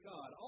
God